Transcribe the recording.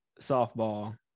softball